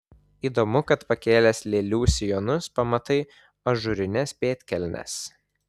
įdomu kad pakėlęs lėlių sijonus pamatai ažūrines pėdkelnes